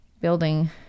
building